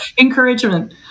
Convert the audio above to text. encouragement